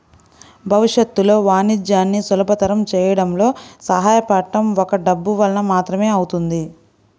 భవిష్యత్తులో వాణిజ్యాన్ని సులభతరం చేయడంలో సహాయపడటం ఒక్క డబ్బు వలన మాత్రమే అవుతుంది